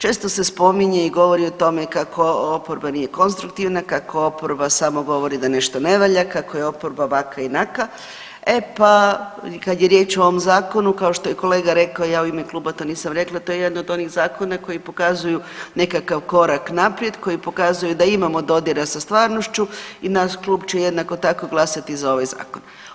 Često se spominje i govori o tome kako oporba nije konstruktivna, kako oporba samo govori da nešto ne valja, kako je oporba ovakva i onakva, e pa kad je riječ o ovom zakonu, kao što je i kolega rekao, ja u ime kluba to nisam rekla to je jedan od onih zakona koji pokazuju nekakav korak naprijed koji pokazuje da imamo dodira sa stvarnošću i naš klub će jednako tako glasati za ovaj zakon.